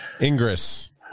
Ingress